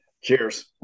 Cheers